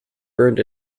burned